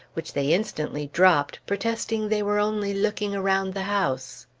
which they instantly dropped, protesting they were only looking around the house.